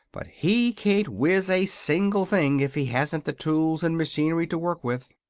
but he can't wiz a single thing if he hasn't the tools and machinery to work with.